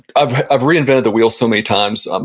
i've i've reinvented the wheel so many times. um